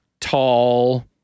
tall